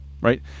right